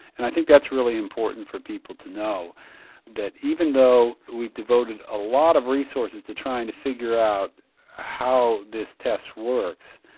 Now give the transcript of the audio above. and i think that's really important for people to know that even though we devoted a lot of resources to try and figure out how this test works,